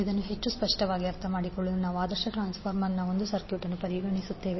ಇದನ್ನು ಹೆಚ್ಚು ಸ್ಪಷ್ಟವಾಗಿ ಅರ್ಥಮಾಡಿಕೊಳ್ಳಲು ನಾವು ಆದರ್ಶ ಟ್ರಾನ್ಸ್ಫಾರ್ಮರ್ನ ಒಂದು ಸರ್ಕ್ಯೂಟ್ ಅನ್ನು ಪರಿಗಣಿಸುತ್ತೇವೆ